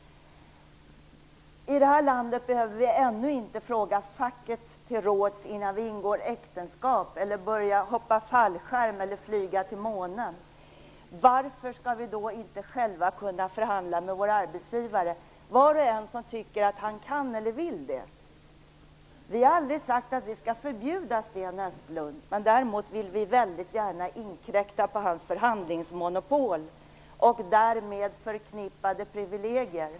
I detta land behöver vi ännu inte fråga facket till råds innan vi ingår äktenskap, börjar hoppa fallskärm eller flyga till månen. Varför skall vi då inte själva kunna förhandla med våra arbetsgivare - var och en som tycker att han kan eller vill det? Vi har aldrig sagt att vi skall förbjuda Sten Östlund. Men däremot vill vi väldigt gärna inkräkta på hans förhandlingsmonopol och därmed förknippade privilegier.